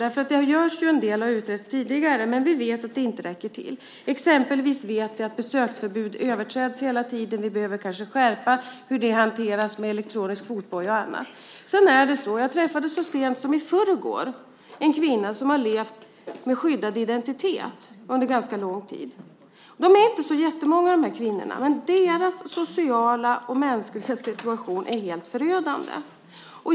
Det har utretts tidigare men det räcker inte till. Exempelvis vet vi att besöksförbud överträds hela tiden. Vi behöver kanske skärpa hur det hanteras, med elektronisk fotboja och annat. Så sent som i förrgår träffade jag en kvinna som under ganska lång tid har levt med skyddad identitet. De är inte så många, dessa kvinnor, men deras sociala och mänskliga situation är helt förödande.